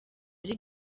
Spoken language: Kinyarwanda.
ari